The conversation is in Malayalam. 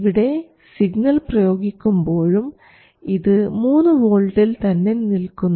ഇവിടെ സിഗ്നൽ പ്രയോഗിക്കുമ്പോഴും ഇത് 3 വോൾട്ടിൽ തന്നെ നിൽക്കുന്നു